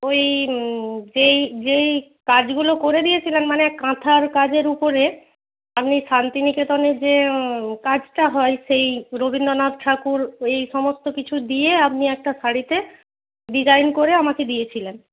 ওই যেই যেই কাজগুলো করে দিয়েছিলেন মানে কাঁথার কাজের উপরে আপনি শান্তিনিকেতনে যে কাজটা হয় সেই রবীন্দ্রনাথ ঠাকুর ওই সমস্ত কিছু দিয়ে আপনি একটা শাড়িতে ডিজাইন করে আমাকে দিয়েছিলেন